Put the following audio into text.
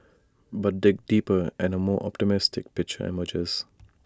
but dig deeper and A more optimistic picture emerges